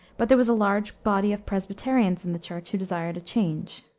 but there was a large body of presbyterians in the church who desired a change.